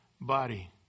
body